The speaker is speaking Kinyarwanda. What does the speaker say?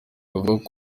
bavuga